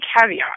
caveat